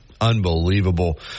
unbelievable